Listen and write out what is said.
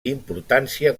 importància